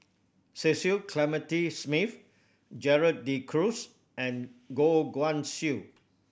Cecil Clementi Smith Gerald De Cruz and Goh Guan Siew